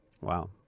Wow